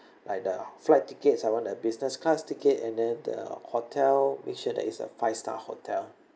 like the flight tickets I want the business class ticket and then the hotel make sure that is a five star hotel